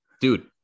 dude